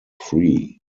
free